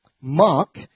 Mark